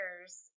years